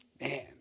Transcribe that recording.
man